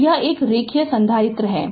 तो यह एक रैखिक संधारित्र है